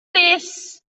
més